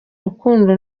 rukundo